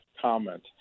comment